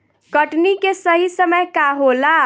कटनी के सही समय का होला?